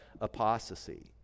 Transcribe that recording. apostasy